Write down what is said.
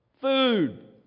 food